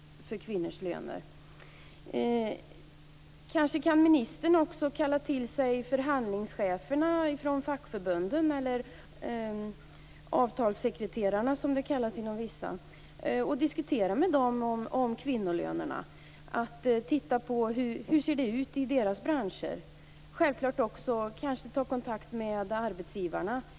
Kanske kan ministern också kalla till sig förhandlingscheferna från fackförbunden - eller avtalssekreterarna, som det kallas inom vissa förbund - och diskutera med dem om kvinnolönerna och titta på hur det ser ut i deras branscher. Man kan självklart kanske också ta kontakt med arbetsgivarna.